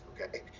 okay